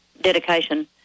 dedication